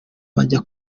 bajya